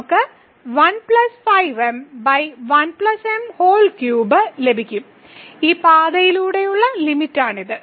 നമുക്ക് ലഭിക്കും ഈ പാതയിലൂടെയുള്ള ലിമിറ്റാണിത്